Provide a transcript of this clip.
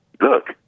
look